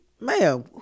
Man